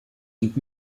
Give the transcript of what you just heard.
und